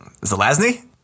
Zelazny